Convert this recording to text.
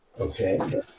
Okay